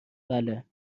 بله